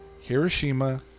Hiroshima